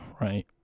Right